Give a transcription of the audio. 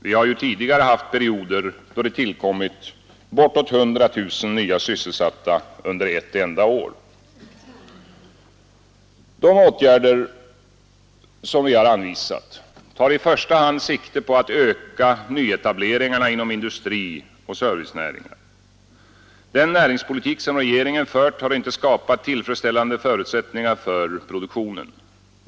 Vi har ju tidigare haft perioder då det tillkommit bortåt 100 000 nya sysselsatta under ett enda år De åtgärder vi anvisat tar i första hand sikte på att öka nyetableringarna inom industri och servicenäringar. Den näringspolitik som regeringen fört har inte skapat tillfredsställande förutsättningar för produktionen.